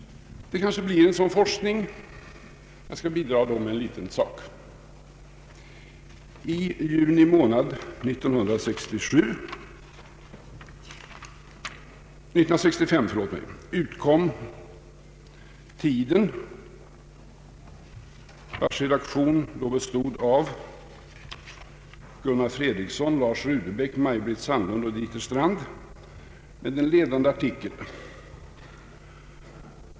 Det blir kanske en sådan forskning, och jag skall bidra med en detalj. I juni 1965 utkom Tiden, vars redaktion då bestod av Gunnar Fredriksson, Lars Rudebeck, Maj-Britt Sandlund och Dieter Strand, med en l1edande artikel.